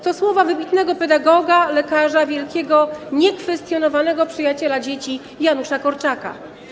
To słowa wybitnego pedagoga, lekarza, wielkiego, niekwestionowanego przyjaciela dzieci Janusza Korczaka.